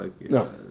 No